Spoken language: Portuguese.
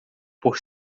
por